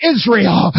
Israel